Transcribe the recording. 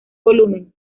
volumen